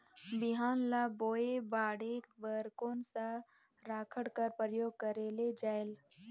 बिहान ल बोये बाढे बर कोन सा राखड कर प्रयोग करले जायेल?